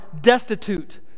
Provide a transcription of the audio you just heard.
destitute